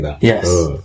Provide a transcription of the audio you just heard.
Yes